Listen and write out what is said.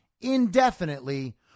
indefinitely